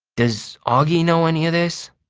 does auggie know any of this?